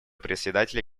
председателя